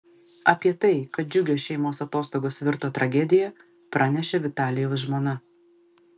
apie tai kad džiugios šeimos atostogos virto tragedija pranešė vitalijaus žmona